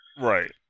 right